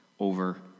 over